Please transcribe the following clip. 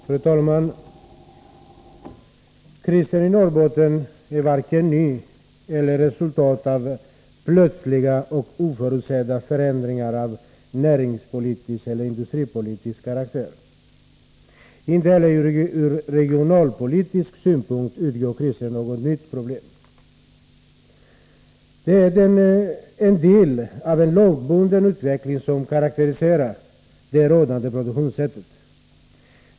Fru talman! Krisen i Norrbotten är varken ny eller något resultat av plötsliga och oförutsedda förändringar av näringspolitisk eller industripolitisk karaktär. Inte heller ur regionalpolitisk synpunkt utgör krisen något nytt problem. Den är en del av en långtgående utveckling som karakteriserar det rådande produktionssättet.